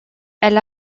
elles